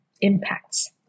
impacts